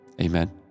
Amen